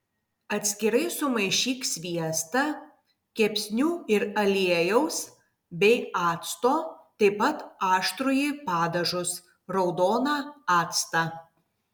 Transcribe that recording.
atskirai sumaišyk sviestą kepsnių ir aliejaus bei acto taip pat aštrųjį padažus raudoną actą